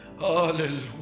hallelujah